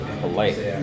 polite